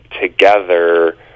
together